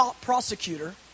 prosecutor